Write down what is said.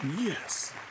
Yes